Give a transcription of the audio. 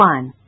One